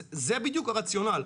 זה בדיוק הרציונל.